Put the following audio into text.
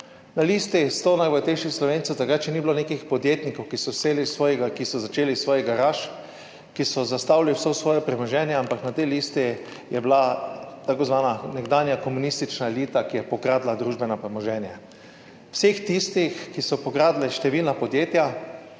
Na listi 100 najbogatejših Slovencev, takrat še ni bilo nekih podjetnikov, ki so vzeli iz svojega, ki so začeli iz svojih garaž, ki so zastavili vso svoje premoženje, ampak na tej listi je bila tako zvana nekdanja komunistična elita, ki je pokradla družbeno premoženje. Vseh tistih, ki so pokradli številna podjetja